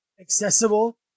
accessible